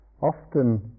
often